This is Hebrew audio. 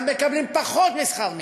גם מקבלים פחות משכר מינימום.